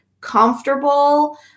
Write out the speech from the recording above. comfortable